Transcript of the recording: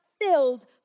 filled